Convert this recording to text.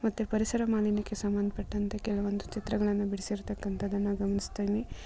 ಮತ್ತೆ ಪರಿಸರ ಮಾಲಿನ್ಯಕ್ಕೆ ಸಂಬಂಧಪಟ್ಟಂತೆ ಕೆಲವೊಂದು ಚಿತ್ರಗಳನ್ನು ಬಿಡಿಸಿರ್ತಕಂಥದನ್ನು ಗಮನಿಸ್ತೀನಿ